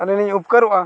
ᱟᱹᱞᱤᱧᱞᱤᱧ ᱩᱯᱠᱟᱹᱨᱚᱜᱼᱟ